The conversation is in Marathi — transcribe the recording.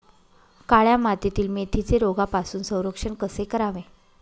काळ्या मातीतील मेथीचे रोगापासून संरक्षण कसे करावे?